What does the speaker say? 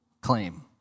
claim